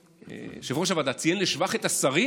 יושב-ראש הוועדה ציין לשבח את השרים,